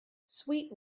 sweet